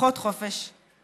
פחות חופש ביטוי.